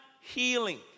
healing